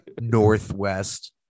Northwest